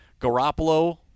Garoppolo